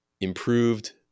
improved